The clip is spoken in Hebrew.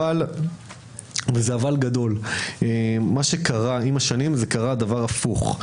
אבל, מה שקרה עם השנים קרה דבר הפוך.